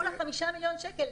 רק 5 מיליון שקל,